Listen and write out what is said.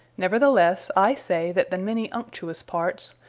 neverthelesse, i say, that the many unctuous parts,